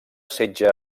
setge